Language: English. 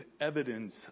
evidence